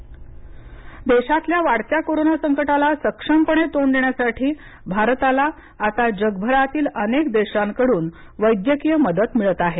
वैद्यकीय उपकरणे देशातल्या वाढत्या कोरोना संकटाला सक्षमपणे तोंड देण्यासाठी भारताला आता जगभरातील अनेक देशांकडून वैद्यकीय मदत मिळत आहे